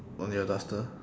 on your duster